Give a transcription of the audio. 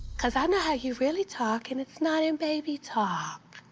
cause i know how you really talk, and it's not in baby talk.